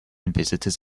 visitors